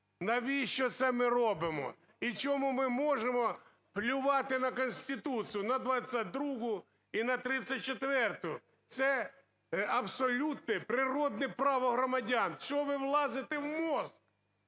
Навіщо це ми робимо? І чому ми можемо плювати на Конституцію – на 22-у і на 34-у? Це абсолютно природне право громадян! Чого ви влазите вмозг?